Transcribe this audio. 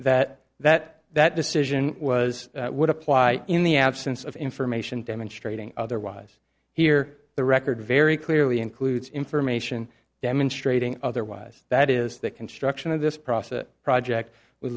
that that that decision was would apply in the absence of information demonstrating otherwise here the record very clearly includes information demonstrating otherwise that is that construction of this process project will